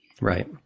Right